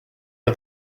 are